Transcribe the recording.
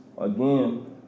again